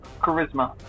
charisma